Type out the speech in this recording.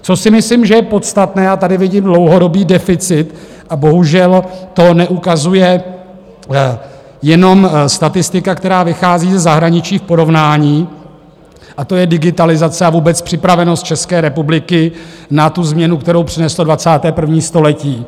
Co si myslím, že je podstatné, a tady vidím dlouhodobý deficit, a bohužel to neukazuje jenom statistika, která vychází ze zahraničí v porovnání, a to je digitalizace a vůbec připravenost České republiky na tu změnu, kterou přineslo 21. století.